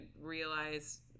realize